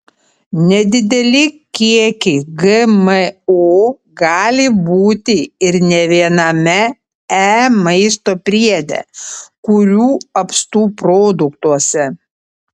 nedideli kiekiai gmo gali būti ir ne viename e maisto priede kurių apstu produktuose